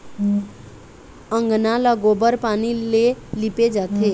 अंगना ल गोबर पानी ले लिपे जाथे